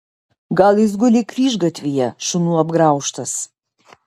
gal jis guli kryžgatvyje šunų apgraužtas